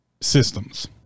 systems